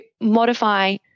modify